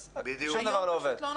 אז שום דבר לא עובד.